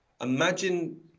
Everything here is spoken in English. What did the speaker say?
imagine